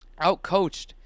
outcoached